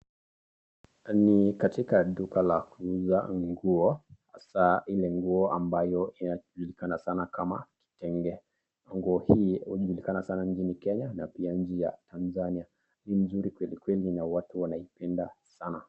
ni katika duka la kuuza nguo hasa ile nguo ambayo inajulikana sana kama kitenge. Nguo hii hujulikana sana nchini Kenya na pia nchi ya Tanzania. Ni nzuri kweli kweli na watu wanaipenda sana.